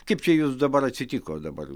kaip čia jus dabar atsitiko dabar